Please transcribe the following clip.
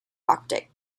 optic